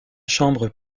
chambre